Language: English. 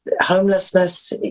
homelessness